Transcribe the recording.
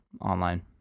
online